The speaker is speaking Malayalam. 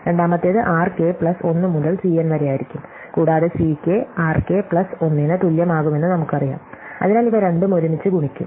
രണ്ടാമത്തേത് r k പ്ലസ് 1 മുതൽ C n വരെ ആയിരിക്കും കൂടാതെ C k r k plus 1 ന് തുല്യമാകുമെന്ന് നമുക്കറിയാം അതിനാൽ ഇവ രണ്ടും ഒരുമിച്ച് ഗുണിക്കും